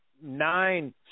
nine